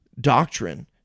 doctrine